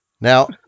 Now